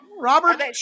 Robert